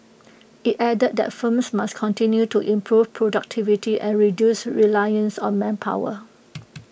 IT added that firms must continue to improve productivity and reduce reliance on manpower